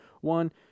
One